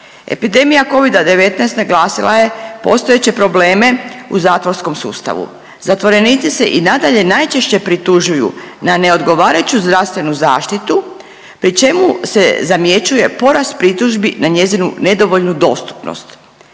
Epidemija covida-19 naglasila je postojeće probleme u zatvorskom sustavu. Zatvorenici se i nadalje najčešće pritužuju na neodgovarajuću zdravstvenu zaštitu pri čemu se zamjećuje porast pritužbi na njezinu nedovoljnu dostupnost.